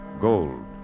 Gold